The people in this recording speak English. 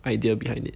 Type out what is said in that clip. idea behind it